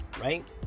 Right